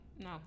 No